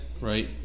right